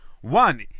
One